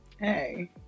Hey